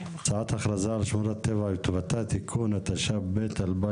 הצעת אכרזה על שמורת טבע המסרק (תיקון) התשפ"ב-2021,